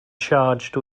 charged